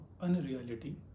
unreality